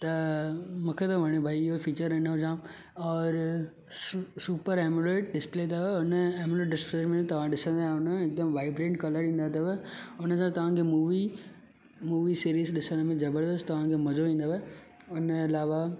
त मूंखे त वणियो भाई इहो फीचर्स हिनजो जाम और सुपर एम्ब्रोइड डिस्प्ले अथव हुन एम्ब्रोइड डिस्प्ले में तव्हां ॾिसंदा आहियो न हिकदमि वाइब्रेंट कलर ईंदा अथव हुनजा तव्हांखे मूवी मूवी सीरीज़ ॾिसण में ज़बरदस्त तव्हांखे मज़ो ईंदव हुनजे अलावा